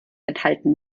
enthalten